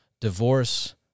Divorce